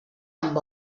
amb